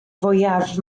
fwyaf